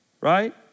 right